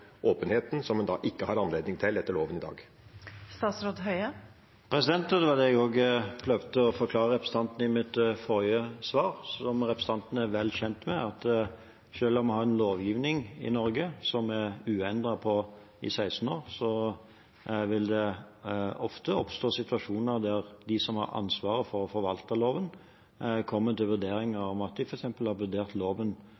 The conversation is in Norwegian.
i dag? Det var det jeg også prøvde å forklare representanten i mitt forrige svar. Som representanten er vel kjent med, vil det selv om vi har en lovgivning i Norge som har vært uendret i 16 år, ofte oppstå situasjoner der de som har ansvaret for å forvalte loven, kommer til